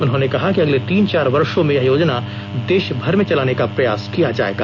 उन्होंने कहा कि अगले तीन चार वर्षो में यह योजना देश भर में चलाने का प्रयास किया जाएगा